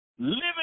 Living